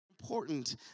important